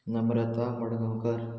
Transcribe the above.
Namrata Madgaonkar